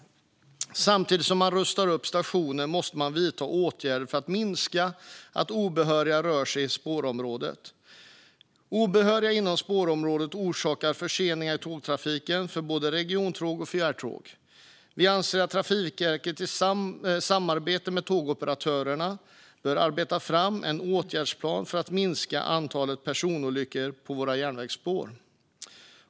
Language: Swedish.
Samtidigt som man rustar upp stationerna måste man vidta åtgärder för att obehöriga inte ska röra sig i spårområdet. Obehöriga inom spårområdet orsakar förseningar i tågtrafiken för både regiontåg och fjärrtåg. Vi anser att Trafikverket i samarbete med tågoperatörerna bör arbeta fram en åtgärdsplan för att minska antalet personolyckor på våra järnvägsspår.